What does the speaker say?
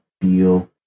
feel